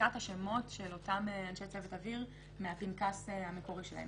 מחיקת השמות של אותם אנשי צוות אוויר מהרשימה המקורית שלהם?